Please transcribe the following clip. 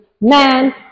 man